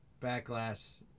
backlash